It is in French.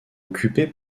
occupé